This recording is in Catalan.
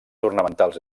ornamentals